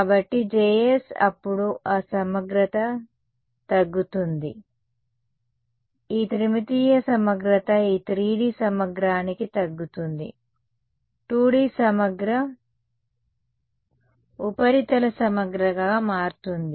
కాబట్టి Js అప్పుడు ఆ సమగ్రత తగ్గుతుంది ఈ త్రిమితీయ సమగ్రత ఈ 3D సమగ్రానికి తగ్గుతుంది 2D సమగ్ర ఉపరితల సమగ్ర గా మారుతుంది